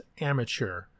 amateur